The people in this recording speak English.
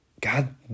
God